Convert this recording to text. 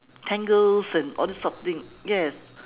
tangles and all these sort of things yes